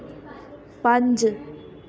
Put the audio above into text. ਪੰਜ